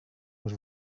was